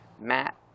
Matt